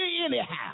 anyhow